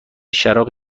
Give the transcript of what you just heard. شراب